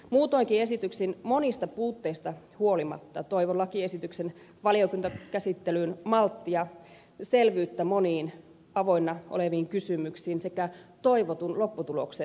muutoinkin esityksen monista puutteista huolimatta toivon lakiesityksen valiokuntakäsittelyyn malttia selvyyttä moniin avoinna oleviin kysymyksiin sekä toivotun lopputuloksen